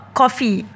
coffee